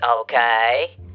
Okay